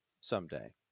someday